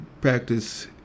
practice